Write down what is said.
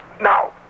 Now